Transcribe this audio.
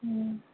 হুম